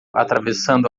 atravessando